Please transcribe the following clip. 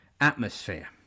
atmosphere